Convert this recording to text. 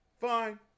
Fine